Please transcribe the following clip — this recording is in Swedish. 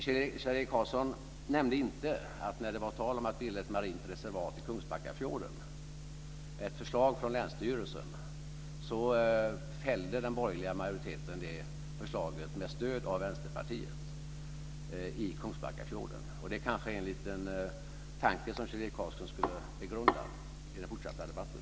Kjell-Erik Karlsson nämnde inte att när det var tal om att bilda ett marint reservat i Kungsbackafjorden efter ett förslag från länsstyrelsen fällde den borgerliga majoriteten detta förslag med stöd av Vänsterpartiet. Det gällde alltså Kungsbackafjorden. Det kanske är en liten tanke som Kjell-Erik Karlsson skulle begrunda i den fortsatta debatten.